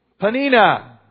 Panina